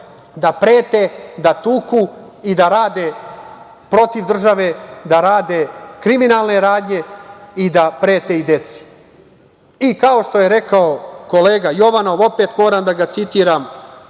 da prete, da tuku i da rade protiv države, da rade kriminalne radnje i da prete i deci. Kao što je rekao i kolega Jovanov, opet moram da ga citiram,